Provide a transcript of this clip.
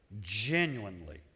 genuinely